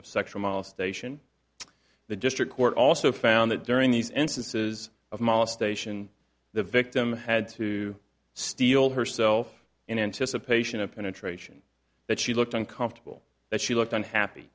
of sexual molestation the district court also found that during these instances of mala station the victim had to steal herself in anticipation of penetration that she looked uncomfortable that she looked unhappy